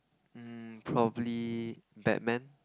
um probably batman